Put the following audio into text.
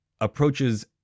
approaches